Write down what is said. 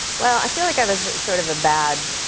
well, i feel like i was sort of a bad,